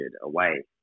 away